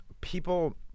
people